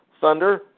Thunder